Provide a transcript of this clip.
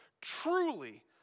Truly